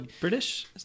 British